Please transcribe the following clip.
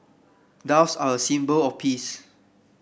doves are a symbol of peace